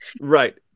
right